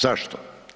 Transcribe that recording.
Zašto?